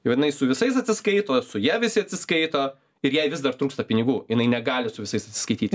jinai su visais atsiskaito su ja visi atsiskaito ir jai vis dar trūksta pinigų jinai negali su visais atsiskaityti